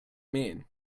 mean